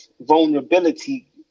vulnerability